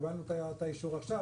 קיבלנו את האישור עכשיו,